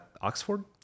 Oxford